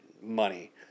money